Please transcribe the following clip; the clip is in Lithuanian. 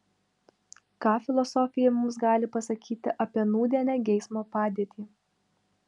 ką filosofija mums gali pasakyti apie nūdienę geismo padėtį